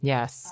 Yes